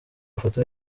mafoto